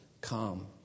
come